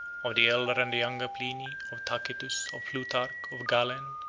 of the elder and the younger pliny, of tacitus, of plutarch, of galen,